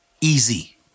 easy